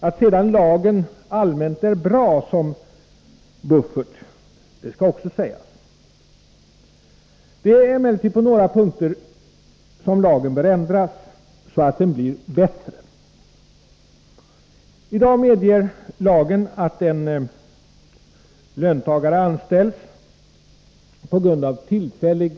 Att sedan lagen allmänt är bra som buffert skall också sägas. Det är emellertid på några punkter som lagen bör ändras så att den blir bättre. I dag medger lagen att en löntagare anställs på grund av tillfällig